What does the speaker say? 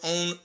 own